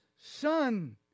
son